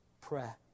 prayer